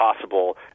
possible